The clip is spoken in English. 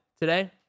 today